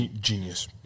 genius